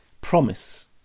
promise